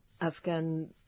Afghan